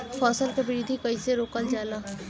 फसल के वृद्धि कइसे रोकल जाला?